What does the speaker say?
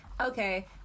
Okay